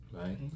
Right